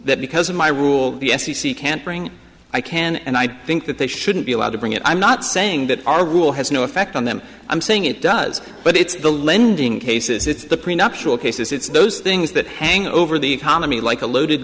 that because of my rule the f c c can't bring i can and i think that they shouldn't be allowed to bring it i'm not saying that our rule has no effect on them i'm saying it does but it's the lending cases it's the prenuptial cases it's those things that hang over the economy like a loaded